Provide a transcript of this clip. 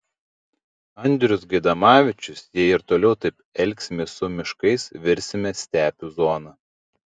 andrius gaidamavičius jei ir toliau taip elgsimės su miškais virsime stepių zona